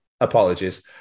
apologies